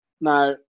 Now